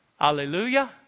Hallelujah